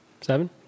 seven